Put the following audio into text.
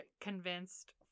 convinced